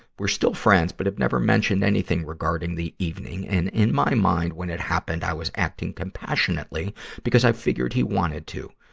we're still friends, but have never mentioned anything regarding the evening. and in my mind, when it happened, i was acting compassionately because i figured he wanted to,